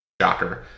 Shocker